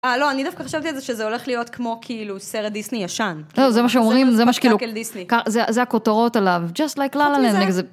אה, לא, אני דווקא חשבתי על זה שזה הולך להיות כמו, כאילו, סרט דיסני ישן. לא, זה מה שאומרים, זה מה שכאילו, זה הכותרות עליו. Just like La La Land.